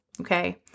Okay